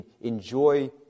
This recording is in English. enjoy